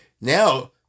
Now